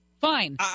fine